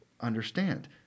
understand